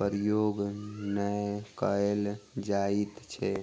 प्रयोग नै कयल जाइत छै